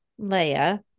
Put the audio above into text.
Leia